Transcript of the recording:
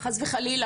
חס וחלילה,